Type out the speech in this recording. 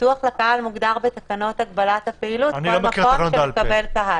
פתוח לקהל מוגדר בתקנות הגבלת הפעילות כל מקום שמקבל קהל.